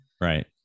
right